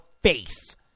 face